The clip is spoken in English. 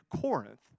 Corinth